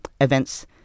events